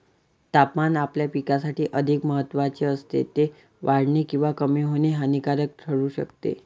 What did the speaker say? तापमान आपल्या पिकासाठी अधिक महत्त्वाचे असते, ते वाढणे किंवा कमी होणे हानिकारक ठरू शकते